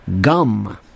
Gum